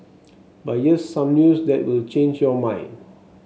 but here's some news that will change your mind